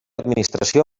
administració